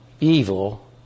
evil